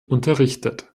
unterrichtet